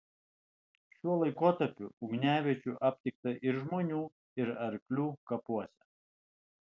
šiuo laikotarpiu ugniaviečių aptikta ir žmonių ir arklių kapuose